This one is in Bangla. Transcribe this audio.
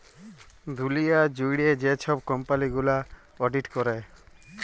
দুঁলিয়া জুইড়ে যে ছব কম্পালি গুলা অডিট ক্যরে